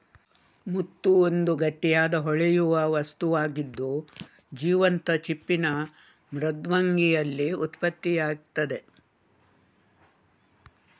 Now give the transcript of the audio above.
ಮುತ್ತು ಒಂದು ಗಟ್ಟಿಯಾದ, ಹೊಳೆಯುವ ವಸ್ತುವಾಗಿದ್ದು, ಜೀವಂತ ಚಿಪ್ಪಿನ ಮೃದ್ವಂಗಿಯಲ್ಲಿ ಉತ್ಪತ್ತಿಯಾಗ್ತದೆ